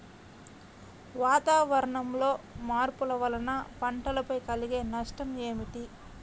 వాతావరణంలో మార్పుల వలన పంటలపై కలిగే నష్టం ఏమిటీ?